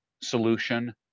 solution